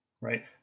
right